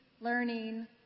learning